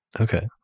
Okay